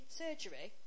surgery